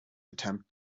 attempt